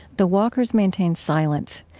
the walkers maintain silence.